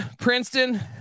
Princeton